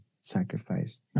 sacrifice